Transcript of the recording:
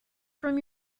from